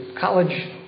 college